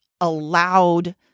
allowed